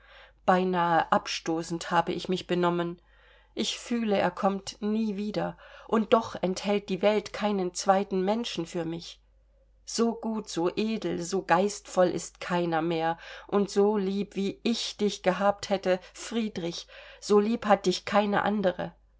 beinahe abstoßend habe ich mich benommen ich fühle er kommt nie wieder und doch enthält die welt keinen zweiten menschen für mich so gut so edel so geistvoll ist keiner mehr und so lieb wie ich dich gehabt hätte friedrich so lieb hat dich keine andere